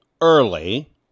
early